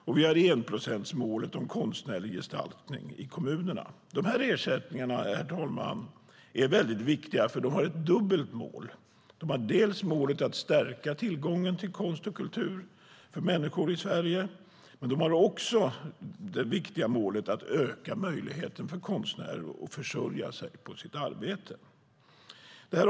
Och vi har enprocentsmålet när det gäller konstnärlig gestaltning i kommunerna. De här ersättningarna, herr talman, är väldigt viktiga, för de har dubbla mål. De har målet att stärka tillgången till konst och kultur för människor i Sverige, men de har också det viktiga målet att öka möjligheten för konstnärer att försörja sig på sitt arbete.